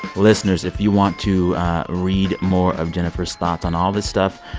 listeners, if you want to read more of jennifer's thoughts on all this stuff,